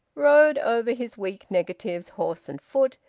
rode over his weak negatives, horse and foot,